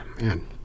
man